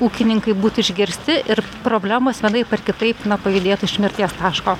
ūkininkai būtų išgirsti ir problemos vienaip ar kitaip na pajudėtų iš mirties taško